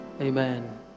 Amen